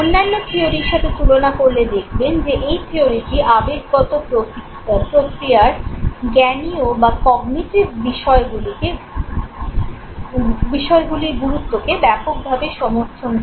অন্যান্য থিয়োরির সাথে তুলনা করলে দেখবেন যে এই থিয়রিটি আবেগগত প্রক্রিয়ায় জ্ঞানীয় বা কগ্নিটিভ বিষয়গুলির গুরুত্বকে ব্যাপকভাবে সমর্থন করে